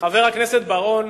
חבר הכנסת בר-און,